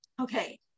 Okay